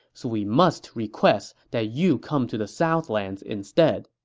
so we must request that you come to the southlands instead.